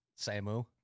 Samu